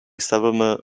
several